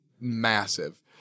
massive